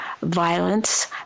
violence